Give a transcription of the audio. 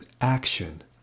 action